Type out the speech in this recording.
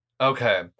Okay